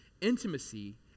intimacy